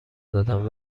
زدم